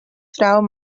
frou